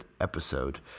episode